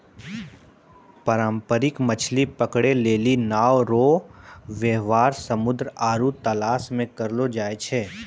पारंपरिक मछली पकड़ै लेली नांव रो वेवहार समुन्द्र आरु तालाश मे करलो जाय छै